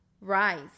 Rise